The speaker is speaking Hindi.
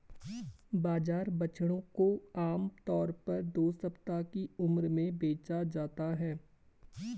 बाजार बछड़ों को आम तौर पर दो सप्ताह की उम्र में बेचा जाता है